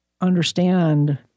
understand